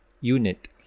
unit